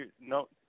no